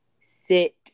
sit